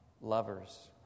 lovers